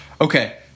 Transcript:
Okay